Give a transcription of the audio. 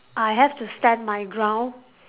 I have to stand my ground